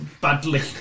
badly